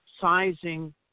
sizing